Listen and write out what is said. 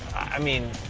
i mean,